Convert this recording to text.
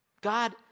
God